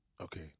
Okay